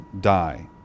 die